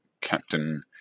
captain